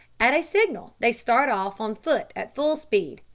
at a signal they start off on foot at full speed,